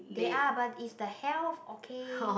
they are but is the health okay